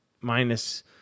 minus